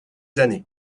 années